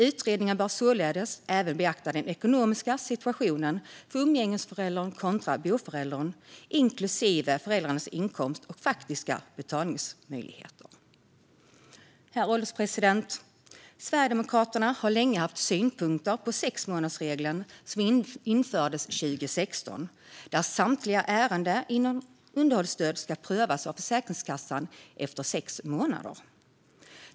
Utredningen bör således även beakta den ekonomiska situationen för umgängesföräldern kontra boföräldern inklusive föräldrarnas inkomst och faktiska betalningsmöjligheter. Herr ålderspresident! Sverigedemokraterna har länge haft synpunkter på sexmånadersregeln som infördes 2016 och som innebär att samtliga ärenden inom underhållsstöd ska prövas av Försäkringskassan efter sex månader.